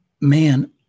man